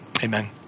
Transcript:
Amen